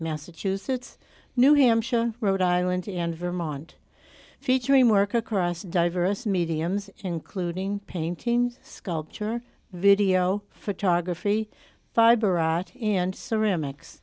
massachusetts new hampshire rhode island and vermont featuring work across diverse mediums including paintings sculpture video photography fiber art and ceramics